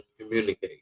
communicate